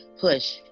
push